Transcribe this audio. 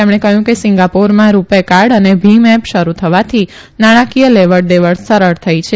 તેમણે કહયું કે સિંગાપોરમાં રૂપે કાર્ડ અને ભીમ એપ શરૂ થવાથી નાણાંકીય લેવડ દેવડમાં સરળ થઇ છે